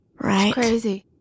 Right